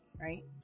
right